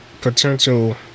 potential